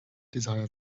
desire